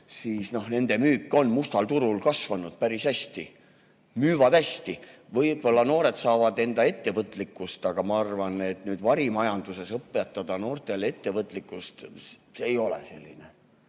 nende müük on mustal turul kasvanud päris hästi. Müüvad hästi. Võib-olla noored saavad [arendada] enda ettevõtlikkust, aga ma arvan, et varimajanduses õpetada noortele ettevõtlikkust ei ole [õige].